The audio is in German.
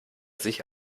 sich